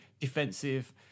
defensive